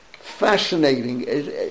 fascinating